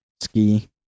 Ski